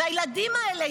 והילדים האלה,